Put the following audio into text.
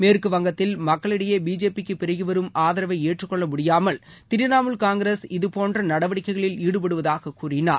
மேற்கு வங்கத்தில் மக்களிடையே பிஜேபிக்கு பெருகிவரும் ஆதரவை ஏற்றக்கொள்ள முடியாமல் திரிணாமுல் காங்கிரஸ் இது போன்று நடவடிக்கைகளில் ஈடுபடுவதாக கூறினார்